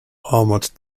armored